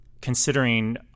considering